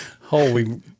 Holy